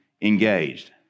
engaged